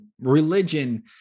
religion